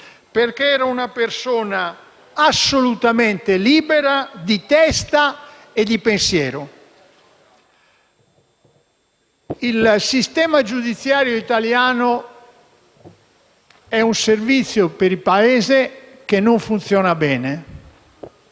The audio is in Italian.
perché era una persona assolutamente libera, di testa e di pensiero. Il sistema giudiziario italiano è un servizio per il Paese che non funziona bene: